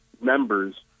members